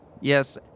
Yes